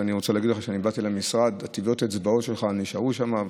כשבאתי למשרד, טביעות האצבעות שלך נשארו שם.